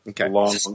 Okay